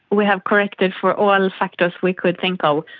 we have corrected for all and factors we could think of.